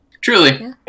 Truly